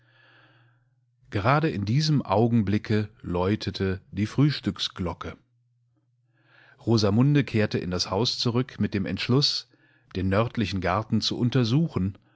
gerade in diesem augenblicke läutete die frühstücksglocke rosamunde kehrte in das haus zurück mit dem entschluß den nördlichen garten zu untersuchen